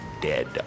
dead